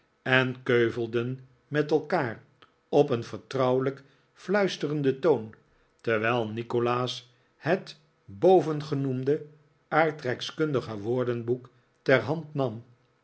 en keuvelden met elkaar op een vertrouwelijk fluisterenden toon terwijl nikolaas het bovengenoemde aardrijkskundige woordenboek ter hand nam